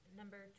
number